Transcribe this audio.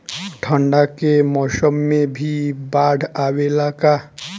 ठंडा के मौसम में भी बाढ़ आवेला का?